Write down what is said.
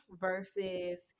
versus